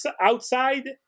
outside